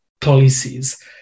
policies